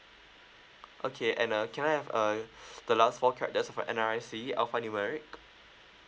okay and uh can I have uh the last four cap that's for N_R_I_C alphanumeric